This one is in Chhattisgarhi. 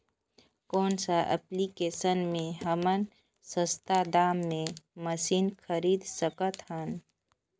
कौन सा एप्लिकेशन मे हमन सस्ता दाम मे मशीन खरीद सकत हन?